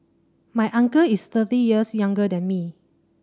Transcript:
my uncle is thirty years younger than me